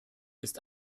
ist